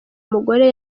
mugore